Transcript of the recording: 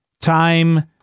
Time